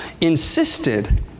insisted